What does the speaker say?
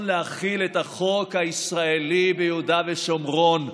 להחיל את החוק הישראלי ביהודה ושומרון,